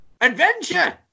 adventure